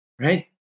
right